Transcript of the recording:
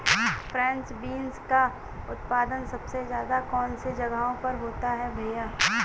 French beans का उत्पादन सबसे ज़्यादा कौन से जगहों पर होता है भैया?